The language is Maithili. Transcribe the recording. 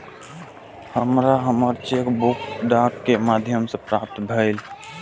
हमरा हमर चेक बुक डाक के माध्यम से प्राप्त भईल